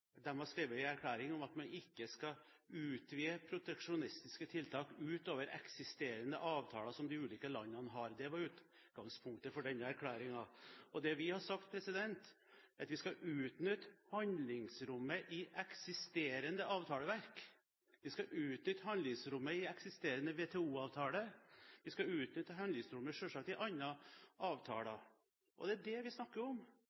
man ikke skal utvide proteksjonistiske tiltak utover eksisterende avtaler som de ulike landene har. Det var utgangspunktet for erklæringen. Det vi har sagt, er at vi skal utnytte handlingsrommet i eksisterende avtaleverk. Vi skal utnytte handlingsrommet i eksisterende WTO-avtale, og vi skal selvsagt utnytte handlingsrommet i andre avtaler. Det er det vi snakker om,